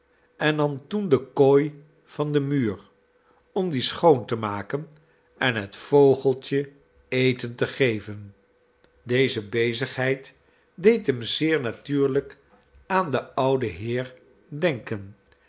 en nam toen de kooi van den muur om die schoon te maken en het vogeltje eten te geven deze bezigheid deed hem zeer natuurlijk aan den ouden heer denken